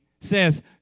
says